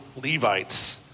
Levites